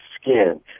skin